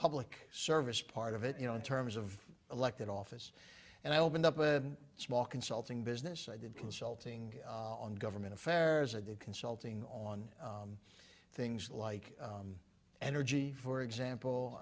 public service part of it you know in terms of elected office and i opened up a small consulting business i did consulting on government affairs of the consulting on things like energy for example